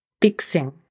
fixing